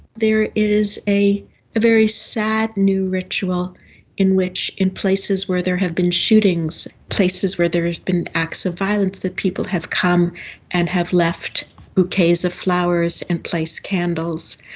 there is a very sad new ritual in which in places where there has been shootings, places where there has been acts of violence, that people have come and have left bouquets of flowers and placed candles,